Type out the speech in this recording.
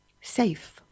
safe